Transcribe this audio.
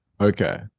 okay